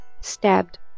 stabbed